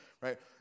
right